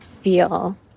feel